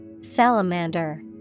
Salamander